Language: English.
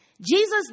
Jesus